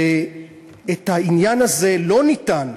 ואת העניין הזה לא ניתן,